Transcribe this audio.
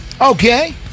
Okay